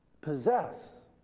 possess